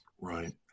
Right